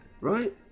right